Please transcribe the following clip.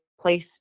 place